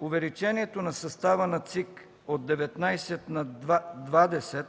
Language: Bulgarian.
Увеличението на състава на ЦИК от 19 на 20